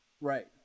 Right